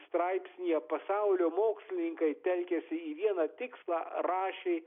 straipsnyje pasaulio mokslininkai telkiasi į vieną tikslą rašė